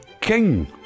King